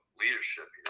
leadership